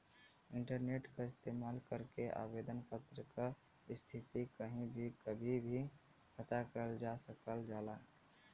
internet क इस्तेमाल करके आवेदन पत्र क स्थिति कहीं भी कभी भी पता करल जा सकल जाला